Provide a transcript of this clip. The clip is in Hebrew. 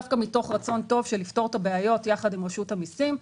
דווקא מרצון טוב לפתור את הבעיות יחד עם רשות המסים,